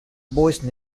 boise